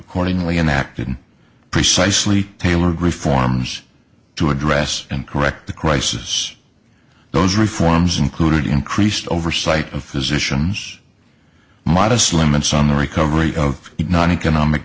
accordingly and that did precisely tailor agree forms to address and correct the crisis those reforms included increased oversight of physicians modest limits on the recovery of not economic